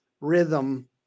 rhythm